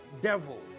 devil